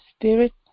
spirit